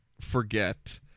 forget